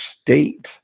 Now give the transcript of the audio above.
state